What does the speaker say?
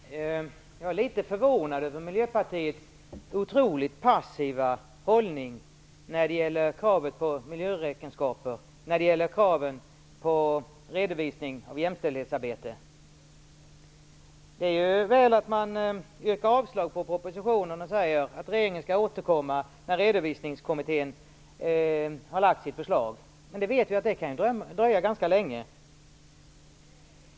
Herr talman! Jag är litet förvånad över Miljöpartiets otroligt passiva hållning när det gäller kravet på miljöräkenskaper och redovisning av jämställdhetsarbete. Det är ju väl att man yrkar avslag på propositionen och säger att regeringen skall återkomma när Redovisningskommittén har lagt fram sitt förslag. Men vi vet att det kan dröja ganska länge.